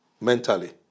mentally